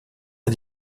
est